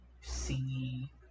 see